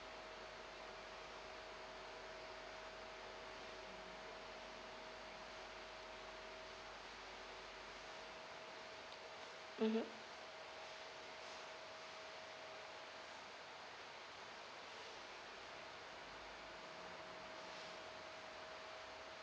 mmhmm